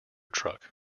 truck